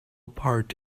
part